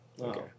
Okay